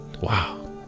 Wow